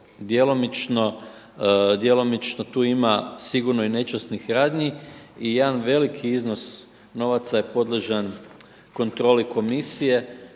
djelomično tu ima sigurno i nečasnih radnji. I jedan veliki iznos novaca je podložan kontroli komisije